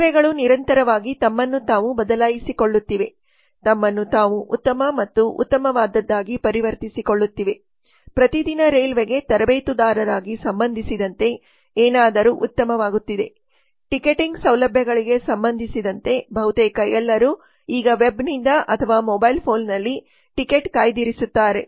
ರೈಲ್ವೆಗಳು ನಿರಂತರವಾಗಿ ತಮ್ಮನ್ನು ತಾವು ಬದಲಾಯಿಸಿಕೊಳ್ಳುತ್ತಿವೆ ತಮ್ಮನ್ನು ತಾವು ಉತ್ತಮ ಮತ್ತು ಉತ್ತಮವಾದದ್ದಾಗಿ ಪರಿವರ್ತಿಸಿಕೊಳ್ಳುತ್ತಿವೆ ಪ್ರತಿದಿನ ರೈಲ್ವೆಗೆ ತರಬೇತುದಾರರಿಗೆ ಸಂಬಂಧಿಸಿದಂತೆ ಏನಾದರೂ ಉತ್ತಮವಾಗುತ್ತಿದೆ ಟಿಕೆಟಿಂಗ್ ಸೌಲಭ್ಯಗಳಿಗೆ ಸಂಬಂಧಿಸಿದಂತೆ ಬಹುತೇಕ ಎಲ್ಲರೂ ಈಗ ವೆಬ್ನಿಂದ ಅಥವಾ ಮೊಬೈಲ್ ಫೋನ್ನಲ್ಲಿ ಟಿಕೆಟ್ ಕಾಯ್ದಿರಿಸುತ್ತಾರೆ